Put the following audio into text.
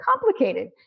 complicated